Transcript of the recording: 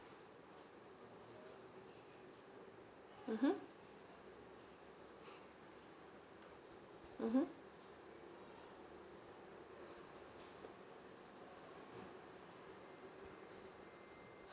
mmhmm mmhmm